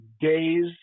days